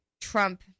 Trump